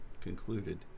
concluded